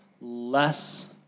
less